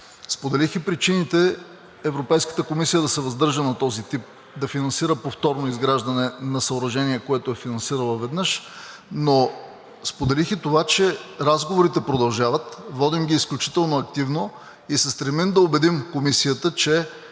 Споделих и причините Европейската комисия да се въздържа да финансира повторно изграждане на съоръжение, което веднъж е финансирала. Но споделих и това, че разговорите продължават. Водим ги изключително активно и се стремим да убедим Комисията, че